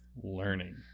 learning